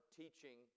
teaching